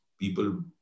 people